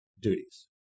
duties